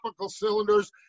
cylinders